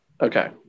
Okay